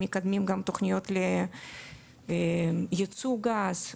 הם מקדמים גם תוכניות לייצוא גז,